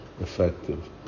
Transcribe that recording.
effective